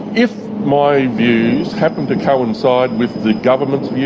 if my views happen to coincide with the government's views,